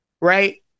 right